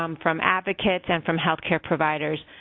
um from advocates, and from health care providers.